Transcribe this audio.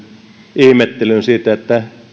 ihmettelyyn siitä että